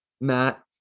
Matt